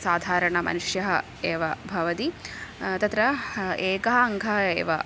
साधारणमनुष्यः एव भवति तत्र एकः अङ्कः एव